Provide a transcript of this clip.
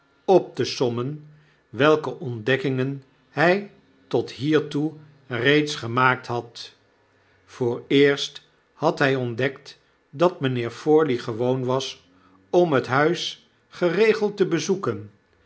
op te sommen welke ontdekkingen hij tot hiertoe reeds gemaakt had vooreerst had hy ontdekt dat mijnheer forley gewoon was om het huis geregeld te bezoeken